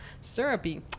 syrupy